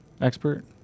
expert